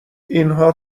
اینها